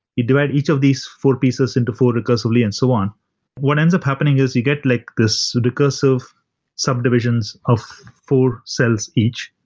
you divide each of these four pieces into four recursively and so on what ends up happening is you get like this recursive subdivisions of four cells each,